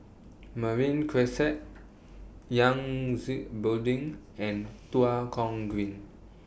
Marine Crescent Yangtze Building and Tua Kong Green